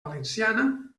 valenciana